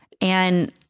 And-